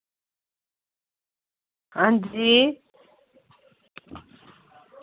आं जी